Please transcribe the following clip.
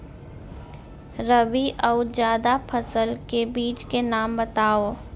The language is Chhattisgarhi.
रबि अऊ जादा फसल के बीज के नाम बताव?